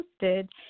posted